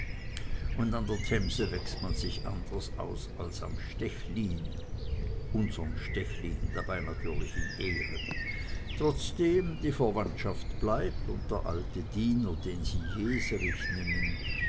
und an der themse wächst man sich anders aus als am stechlin unsern stechlin dabei natürlich in ehren trotzdem die verwandtschaft bleibt und der alte diener den sie jeserich nennen